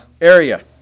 area